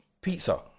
pizza